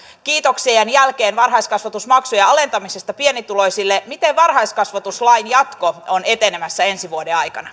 kiitoksien jälkeen varhaiskasvatusmaksujen alentamisesta pienituloisille miten varhaiskasvatuslain jatko on etenemässä ensi vuoden aikana